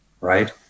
right